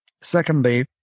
Secondly